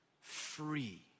free